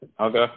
Okay